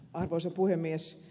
arvoisa puhemies